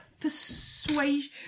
persuasion